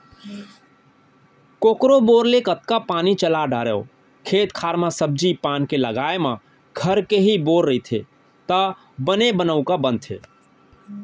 कोकरो बोर ले कतका पानी चला डारवे खेत खार म सब्जी पान के लगाए म घर के ही बोर रहिथे त बने बनउका बनथे